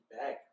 back